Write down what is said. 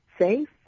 Safe